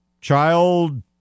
child